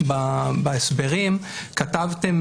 בהסברים כתבתם